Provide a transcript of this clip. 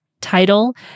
title